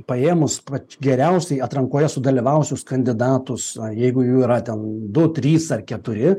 paėmus pač geriausiai atrankoje sudalyvavusius kandidatus na jeigu jų yra ten du trys ar keturi